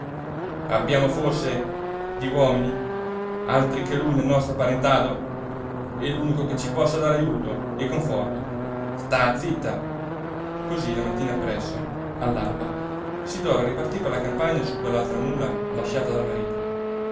abbiamo forse di uomini altri che lui nel nostro parentado è l'unico che ci possa dare ajuto e conforto sta zitta cosí la mattina appresso all'alba sidora ripartí per la campagna su quell'altra mula lasciata dal marito